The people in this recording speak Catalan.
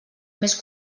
més